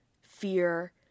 fear